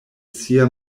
sia